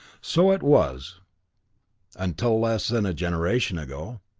so it was until less than a generation ago.